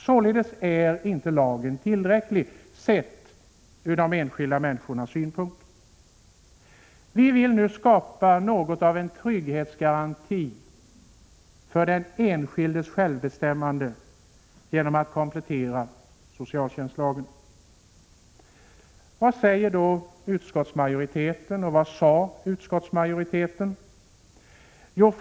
Således är inte lagen tillräcklig, sett ur de enskilda människornas synpunkt. Vi vill nu skapa något av en trygghetsgaranti för den enskildes självbestämmande genom att komplettera socialtjänstlagen. Vad har då utskottsmajoriteten sagt om detta i år och förra året?